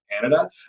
Canada